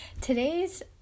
Today's